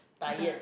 tired